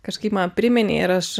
kažkaip man priminei ir aš